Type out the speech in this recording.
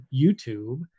YouTube